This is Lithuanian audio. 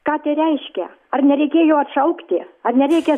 ką tai reiškia ar nereikėjo atšaukti ar nereikia